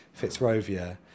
Fitzrovia